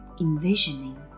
envisioning